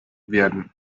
werden